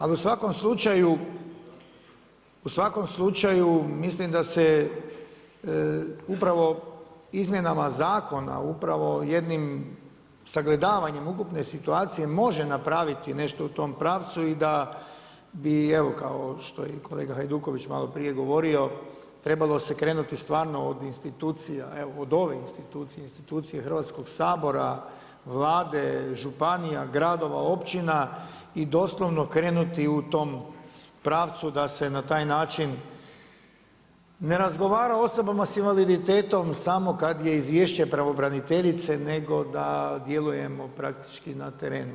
Ali u svakom slučaju mislim da se upravo izmjenama zakona, upravo jednim sagledavanjem ukupne situacije može napraviti nešto u tom pravcu i da bi evo kao što je i kolega Hajduković malo prije govorio trebalo se krenuti stvarno od institucija, evo od ove institucije, institucije Hrvatskog sabora, Vlade, županija, gradova, općina i doslovno krenuti u tom pravcu da se na taj način ne razgovara sa osobama sa invaliditetom samo kad je Izvješće pravobraniteljice, nego da djelujemo praktički na terenu.